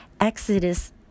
Exodus